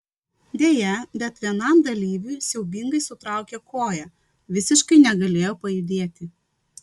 deja bet vienam dalyviui siaubingai sutraukė koją visiškai negalėjo pajudėti